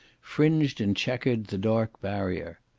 fringed and chequered the dark barrier.